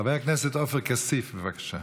חבר הכנסת עופר כסיף, בבקשה.